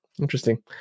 interesting